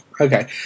Okay